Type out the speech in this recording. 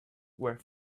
were